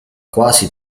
quasi